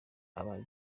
aba